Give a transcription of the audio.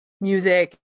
music